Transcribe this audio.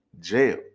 jail